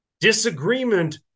Disagreement